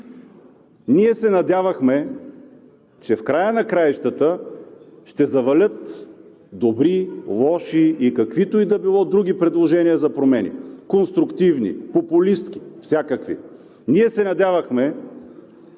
Ние се надявахме, че в края на краищата ще завалят добри, лоши и каквито и да било други предложения за промени – конструктивни, популистки, всякакви. Ние се надявахме,